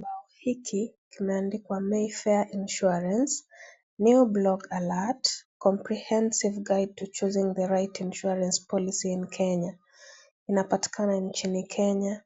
Kibao hiki kimeandikwa mayfair insurance new blog alert comprehensive guide to chosing the right insurance policy in Kenya inapatikana nchini Kenya,